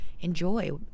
enjoy